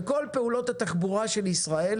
בכל פעולות התחבורה של ישראל,